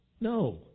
no